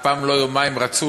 אף פעם לא יומיים רצוף,